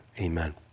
Amen